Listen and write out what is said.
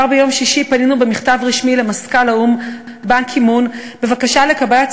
כבר ביום שישי פנינו במכתב רשמי למזכ"ל האו"ם באן קי-מון בבקשה לקבלת